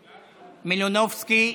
מלינובסקי,